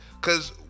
Cause